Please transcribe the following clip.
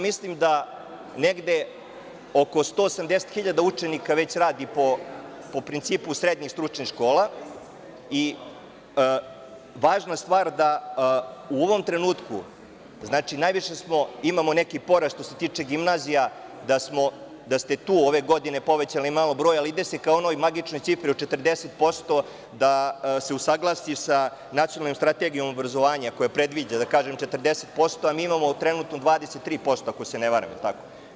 Mislim da negde oko 180.000 učenika već radi po principu srednjih stručnih škola i važna stvar je da u ovom trenutku imamo neki porast što se tiče gimnazija da ste tu ove godine povećali malo broj, ali ide se ka onoj magičnoj cifri od 40% da se usaglasi sa nacionalnom strategijom obrazovanja, koja predviđa, da kažem, 40%, a mi imamo trenutno 23%, ako se ne varam, je li tako?